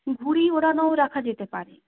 ঘুড়ি ওড়ানোও রাখা যেতে পারে